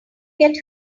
get